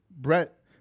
Brett